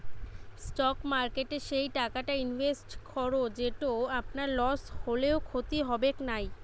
stock মার্কেটে সেই টাকাটা ইনভেস্ট করো যেটো আপনার লস হলেও ক্ষতি হবেক নাই